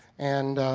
and